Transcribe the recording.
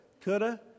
coulda